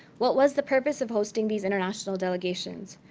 what was the purpose of hosting these international delegations?